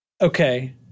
okay